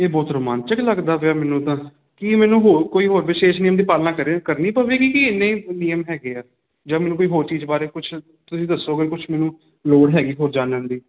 ਇਹ ਬਹੁਤ ਰੋਮਾਂਚਕ ਲੱਗਦਾ ਪਿਆ ਮੈਨੂੰ ਤਾਂ ਕੀ ਮੈਨੂੰ ਹੋਰ ਕੋਈ ਹੋਰ ਵਿਸ਼ੇਸ਼ ਨਿਯਮ ਦੀ ਪਾਲਣਾ ਕਰੇ ਕਰਨੀ ਪਵੇਗੀ ਕਿ ਇਨੇ ਨਿਯਮ ਹੈਗੇ ਆ ਜਾਂ ਮੈਨੂੰ ਕੋਈ ਹੋਰ ਚੀਜ਼ ਬਾਰੇ ਕੁਛ ਤੁਸੀਂ ਦੱਸੋਗੇ ਕੁਛ ਮੈਨੂੰ ਲੋੜ ਹੈਗੀ ਹੋਰ ਜਾਨਣ ਦੀ